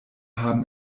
haben